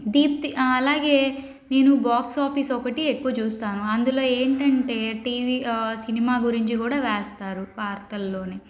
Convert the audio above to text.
దీప్తి అలాగే నేను box office ఒకటి ఎక్కువ చూస్తాను అందులో ఏంటంటే టీవీ సినిమా గురించి కూడా వేస్తారు వార్తల్లో